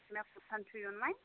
مےٚ کوتھَن چھُ یُن ؤنۍ